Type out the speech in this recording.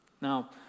Now